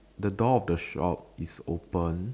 the door of the shop is open